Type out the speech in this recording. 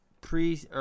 pre-